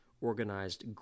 organized